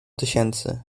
tysięcy